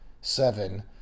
seven